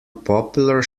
popular